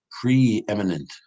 Preeminent